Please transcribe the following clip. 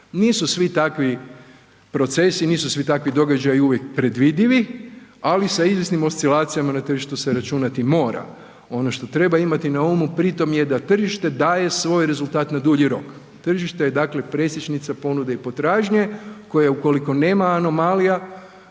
Nisu svi takvi procesu, nisu svi takvi događaji uvijek predvidivi, ali sa izvjesnim oscilacijama na tržištu se računati mora. Ono što treba imati na umu pri tom je da tržište daje svoj rezultat na dulji rok, tržište je dakle presječnica ponude i potražnje koje ukoliko nema anomalija,